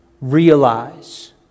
realize